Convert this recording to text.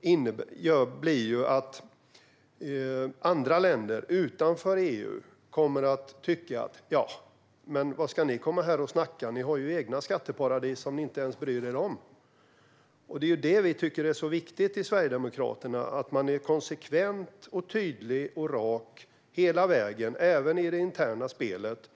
kommer andra länder utanför EU att tycka: Varför ska ni komma här och snacka? Ni har ju egna skatteparadis som ni inte ens bryr er om. Vi i Sverigedemokraterna tycker att det är viktigt att man är konsekvent, tydlig och rak hela vägen, även i det interna spelet.